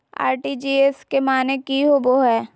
RTGS के माने की होबो है?